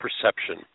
perception